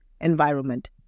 environment